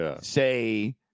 say